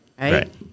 right